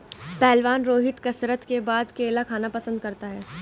पहलवान रोहित कसरत के बाद केला खाना पसंद करता है